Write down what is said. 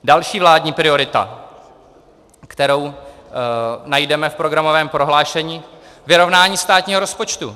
Další vládní priorita, kterou najdeme v programovém prohlášení: vyrovnání státního rozpočtu.